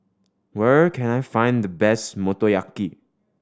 where can I find the best Motoyaki